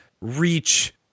reach